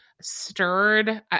stirred